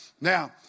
Now